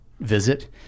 visit